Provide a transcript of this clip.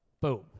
boom